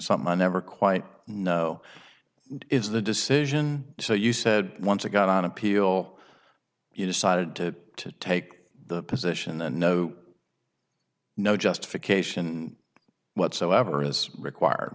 something i never quite know is the decision so you said once again on appeal you decided to to take the position a no no justification whatsoever as required